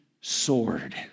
sword